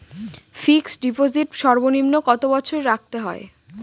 Fixed deposit সর্বনিম্ন কত বছর রাখতে হয়?